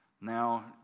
Now